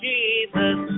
Jesus